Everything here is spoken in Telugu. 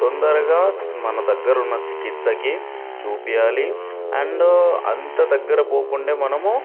తొందరగా మన దగ్గర ఉన్న చికిత్సకి చూపీయాలి అండ్ అంత దగ్గర పోకుండా మనము